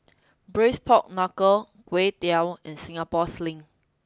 Braised Pork Knuckle and Singapore Sling